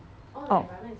oh